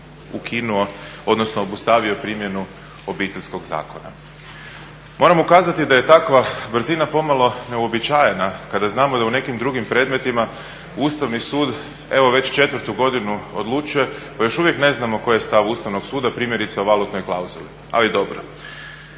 je sud je obustavio primjenu Obiteljskog zakona. moram ukazati da je takva brzina pomalo neuobičajena kada znamo da u nekim drugim predmetima Ustavni sud evo već 4.godinu odlučuje pa još uvijek ne znamo koji je stav Ustavnog suda primjerice o valutnoj klauzuli. Ali dobro.